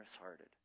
hearted